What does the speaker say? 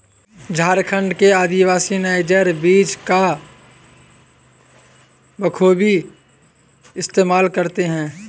झारखंड के आदिवासी नाइजर बीज का बखूबी इस्तेमाल करते हैं